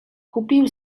kupił